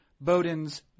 Bowden's